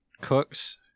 cooks